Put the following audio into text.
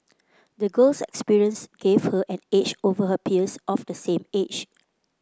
the girl's experience gave her an edge over her peers of the same age